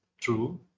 true